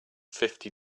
fifty